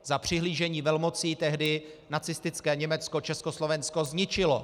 Za přihlížení velmocí tehdy nacistické Německo Československo zničilo.